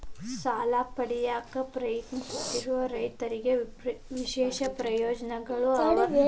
ಸಾಲ ಪಡೆಯಾಕ್ ಪ್ರಯತ್ನಿಸುತ್ತಿರುವ ರೈತರಿಗೆ ವಿಶೇಷ ಪ್ರಯೋಜನಗಳು ಅದಾವೇನ್ರಿ?